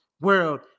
World